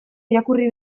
irakurri